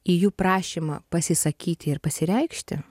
į jų prašymą pasisakyti ir pasireikšti